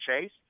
chase